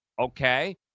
okay